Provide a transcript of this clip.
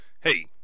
Hey